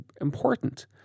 important